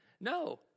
No